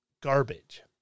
garbage